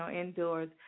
indoors